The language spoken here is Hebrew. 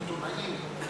או עיתונאים,